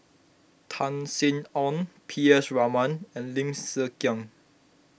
Tan Sin Aun P S Raman and Lim Hng Kiang